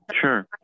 Sure